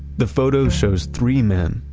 the photo shows three men,